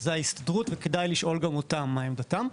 זה ההסתדרות, וכדאי לשאול גם אותם מה עמדתכם.